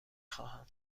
خواهم